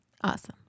awesome